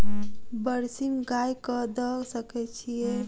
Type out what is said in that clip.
बरसीम गाय कऽ दऽ सकय छीयै?